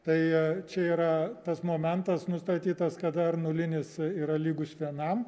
tai čia yra tas momentas nustatytas kad r nulinis yra lygus vienam